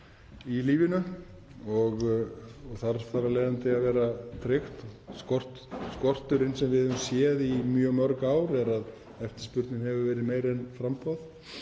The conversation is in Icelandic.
í lífinu og þarf þar af leiðandi að vera tryggt. Skorturinn sem við höfum séð í mjög mörg ár er að eftirspurnin hefur verið meiri en framboð.